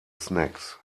snacks